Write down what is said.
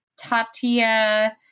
Tatia